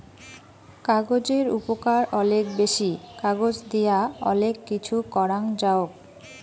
কাগজের উপকার অলেক বেশি, কাগজ দিয়া অলেক কিছু করাং যাওক